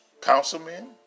Councilmen